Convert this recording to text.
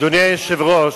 אדוני היושב-ראש,